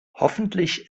hoffentlich